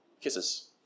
Kisses